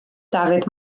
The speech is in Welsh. dafydd